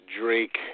Drake